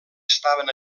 estaven